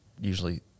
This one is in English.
usually